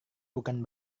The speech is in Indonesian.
bukan